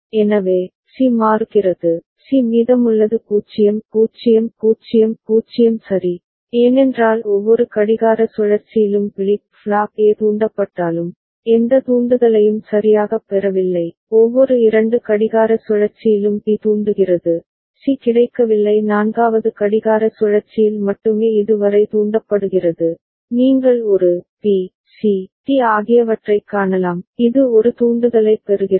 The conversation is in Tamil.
எனவே சி மாறுகிறது சி மீதமுள்ளது 0 0 0 0 சரி ஏனென்றால் ஒவ்வொரு கடிகார சுழற்சியிலும் பிளிப் ஃப்ளாப் ஏ தூண்டப்பட்டாலும் எந்த தூண்டுதலையும் சரியாகப் பெறவில்லை ஒவ்வொரு இரண்டு கடிகார சுழற்சியிலும் பி தூண்டுகிறது சி கிடைக்கவில்லை நான்காவது கடிகார சுழற்சியில் மட்டுமே இது வரை தூண்டப்படுகிறது நீங்கள் ஒரு பி சி டி ஆகியவற்றைக் காணலாம் இது ஒரு தூண்டுதலைப் பெறுகிறது